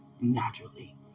naturally